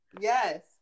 Yes